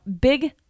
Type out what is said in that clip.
big